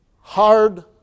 hard